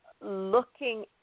looking